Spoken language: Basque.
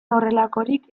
horrelakorik